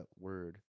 word